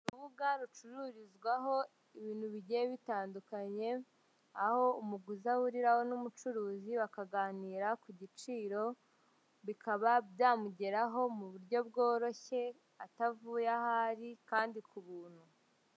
Urubuga rucururizwaho ibintu bigiye bitandukanye, aho umuguzi ahuriraho n'umucuruzi bakaganira ku giciro bikaba byamugeraho mu buryo bworoshye atavuye aho ari kandi ku buntu.